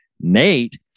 Nate